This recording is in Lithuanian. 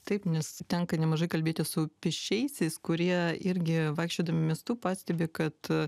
taip nes tenka nemažai kalbėtis su pėsčiaisiais kurie irgi vaikščiodami miestu pastebi kad